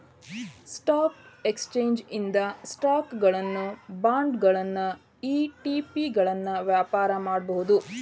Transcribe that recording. stock exchange ಇಂದ ಸ್ಟಾಕುಗಳನ್ನ ಬಾಂಡ್ಗಳನ್ನ ಇ.ಟಿ.ಪಿಗಳನ್ನ ವ್ಯಾಪಾರ ಮಾಡಬೋದು